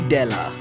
Della